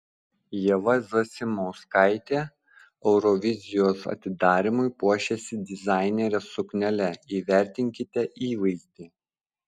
ieva zasimauskaitė eurovizijos atidarymui puošėsi dizainerės suknele įvertinkite įvaizdį